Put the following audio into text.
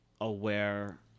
aware